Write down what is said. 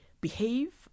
behave